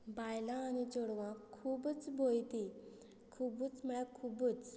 बायलां आनी चेडवां खूबच भंय ती खुबूच म्हळ्यार खुबूच